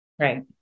Right